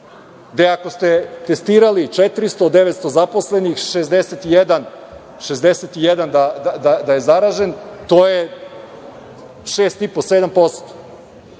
gde ako ste testirali 400 od 900 zaposlenih, 61 je zaražen, to je 6,5%, 7%